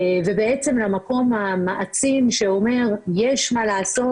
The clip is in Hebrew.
ובעצם למקום המעצים שאומר יש מה לעשות.